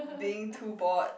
being too bored